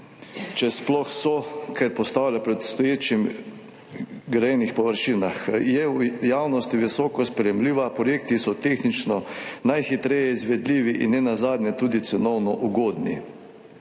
če sploh so. Ker so postavljene na obstoječe grajene površine, so v javnosti visoko sprejemljive, projekti so tehnično najhitreje izvedljivi in nenazadnje tudi cenovno ugodni.